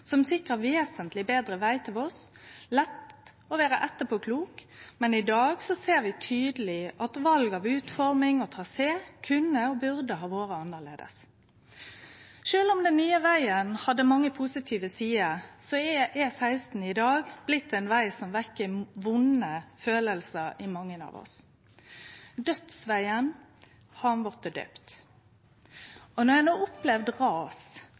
som sikra vesentleg betre veg til Voss. Det er lett å vere etterpåklok, men i dag ser vi tydeleg at val av utforming og trasé kunne og burde ha vore annleis. Sjølv om den nye vegen hadde mange positive sider, er E16 i dag blitt ein veg som vekkjer vonde kjensler i mange av oss. Dødsvegen har han blitt døypt. Og når ein har opplevd ras